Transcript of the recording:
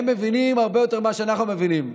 הם מבינים הרבה יותר ממה שאנחנו מבינים.